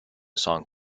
song